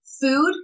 Food